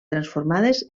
transformades